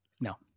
No